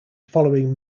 following